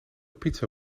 pizza